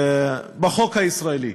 בחוק הישראלי,